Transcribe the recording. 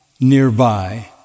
nearby